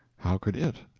how could it?